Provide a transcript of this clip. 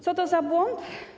Co to za błąd?